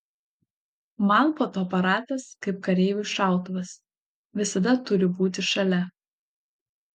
man fotoaparatas kaip kareiviui šautuvas visada turi būti šalia